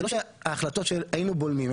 זה לא החלטות שהיינו בולמים,